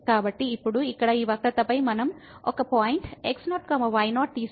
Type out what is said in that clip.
కాబట్టి ఇప్పుడు ఇక్కడ ఈ వక్రరేఖపై మనం ఒక పాయింట్ x0 y0 తీసుకుంటే